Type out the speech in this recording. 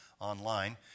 online